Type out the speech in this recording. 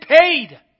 paid